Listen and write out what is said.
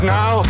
now